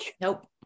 Nope